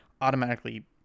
automatically